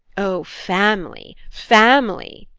oh, family family!